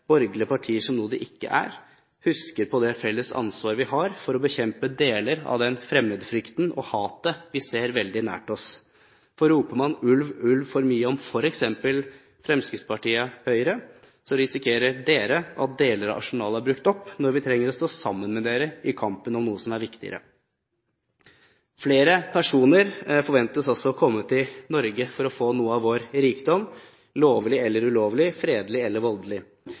borgerlige partier som noe de ikke er, husker på det felles ansvaret vi har for å bekjempe deler av fremmedfrykten og hatet vi ser veldig nærme oss. Roper man ulv, ulv for mye om f.eks. Fremskrittspartiet eller Høyre, risikerer dere at deler av arsenalet er brukt opp når vi trenger å stå sammen med dere i kampen om noe som er viktigere. Flere personer forventes altså å komme til Norge for å få noe av vår rikdom – lovlig eller ulovlig, fredelig eller voldelig.